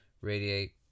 radiate